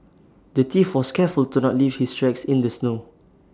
the thief was careful to not leave his tracks in the snow